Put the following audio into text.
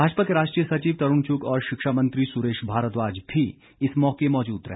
भाजपा के राष्ट्रीय सचिव तरुण चुग और शिक्षा मंत्री सुरेश भारद्वाज भी इस मौके मौजूद रहे